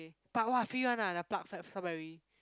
but !wah! free one ah the pluck strawberry